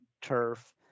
turf